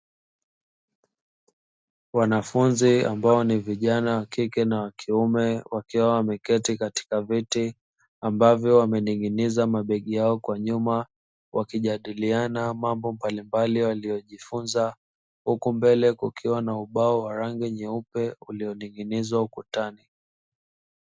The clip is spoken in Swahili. Wanafunzi ambao ni vijana wakike na wakiume, wakiwa wameketi katika viti. Ambavyo wamening'iniza mabegi yao kwa nyuma. Wakijadiliana mambo mbalimbali waliyojufunza, huku mbele kukiwa na ubao wa rangi nyeupe ulioning'inizwa ukutani.